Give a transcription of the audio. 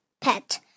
pet